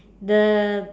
the